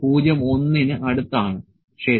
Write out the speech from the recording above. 1 ന് അടുത്താണ് ശരി